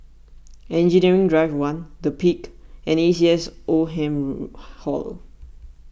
Engineering Drive one the Peak and A C S Oldham Hall